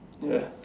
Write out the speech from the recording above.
ya